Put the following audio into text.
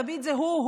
תמיד זה הוא,